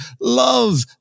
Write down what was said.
Love